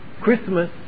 Christmas